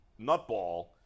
nutball